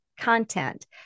content